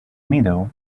meadow